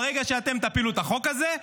ברגע שאתם תפילו את החוק הזה,